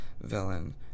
Villain